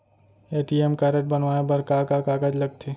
ATM card बनवाये बर का का कागज लगथे?